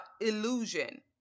illusion